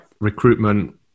Recruitment